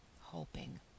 hoping